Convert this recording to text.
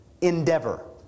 endeavor